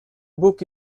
book